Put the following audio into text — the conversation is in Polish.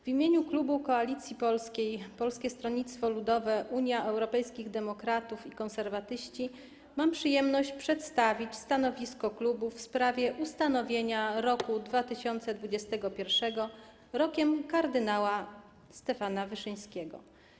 W imieniu klubu Koalicji Polskiej - Polskie Stronnictwo Ludowe, Unia Europejskich Demokratów, Konserwatyści mam przyjemność przedstawić stanowisko w sprawie ustanowienia roku 2021 Rokiem kardynała Stefana Wyszyńskiego.